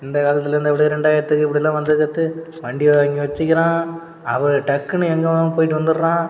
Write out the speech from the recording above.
இந்த காலத்துலேர்ந்து அப்படியே ரெண்டாயிரத்துக்கு அப்படியெல்லாம் வண்டி கற்று வண்டியை வாங்கி வச்சுக்கிறான் அப்புறம் டக்குன்னு எங்கே வேணாலும் போய்விட்டு வந்துடுறான்